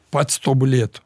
pats tobulėtų